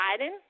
Biden